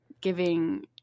giving